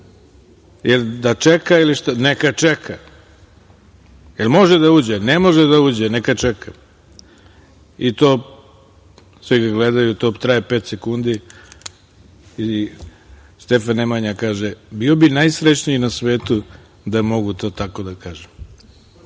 jel da čeka, a on kaže – neka čeka. Jel može da uđe? Ne može da uđe, neka čeka. Svi ga gledaju, to traje pet sekundi i Stefan Nemanja kaže – bio bih najsrećniji na svetu da mogu to tako da kažem. Prema